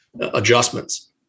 adjustments